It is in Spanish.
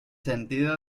sentido